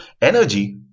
energy